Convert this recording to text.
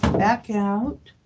back out,